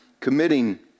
Committing